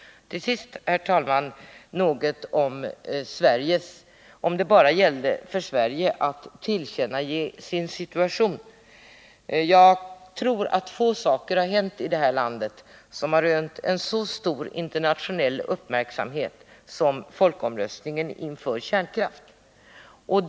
Till sist, herr talman, vill jag säga att det gäller ju inte bara för Sverige att tillkännage sin situation. Jag tror att få saker som hänt i det här landet har rönt en så stor internationell uppmärksamhet som folkomröstningen i kärnkraftsfrågan.